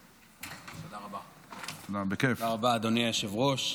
תודה רבה, אדוני היושב-ראש.